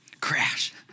Crash